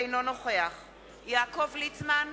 אינו נוכח יעקב ליצמן,